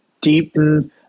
deepen